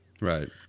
Right